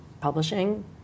publishing